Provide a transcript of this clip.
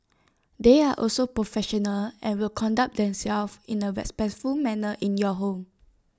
they are also professional and will conduct themselves in A respectful manner in your home